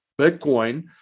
Bitcoin